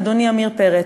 אדוני עמיר פרץ.